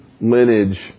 lineage